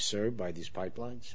served by these pipelines